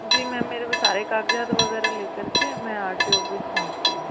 जी ma'am मेरे वो सारे कागजात वगैरह लेकर के मैं आर टी ओ ऑफिस पहुँचती हूँ